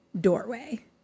doorway